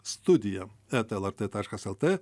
studija eta lrt taškas lt